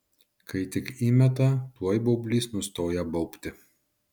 kai tik įmeta tuoj baublys nustoja baubti